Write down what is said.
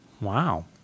Wow